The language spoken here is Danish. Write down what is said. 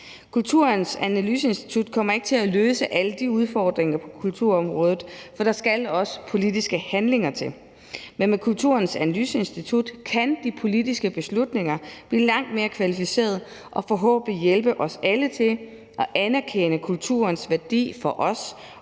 Kulturens Analyseinstitut kommer ikke til at løse alle de udfordringer på kulturområdet, for der skal også politiske handlinger til, men med Kulturens Analyseinstitut kan de politiske beslutninger blive langt mere kvalificerede og forhåbentlig hjælpe os alle til at anerkende kulturens værdi for os